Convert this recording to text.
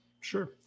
Sure